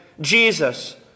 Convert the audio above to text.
Jesus